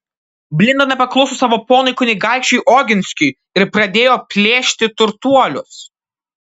blinda nepakluso savo ponui kunigaikščiui oginskiui ir pradėjo plėšti turtuolius